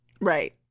Right